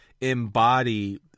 embody